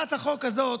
הצעת החוק הזאת,